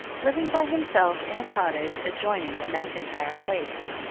living by himself in a cottage adjoining the macintyre place.